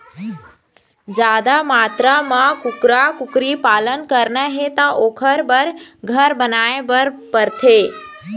जादा मातरा म कुकरा, कुकरी पालन करना हे त ओखर बर घर बनाए बर परथे